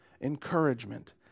encouragement